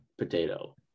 potato